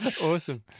awesome